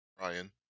Ryan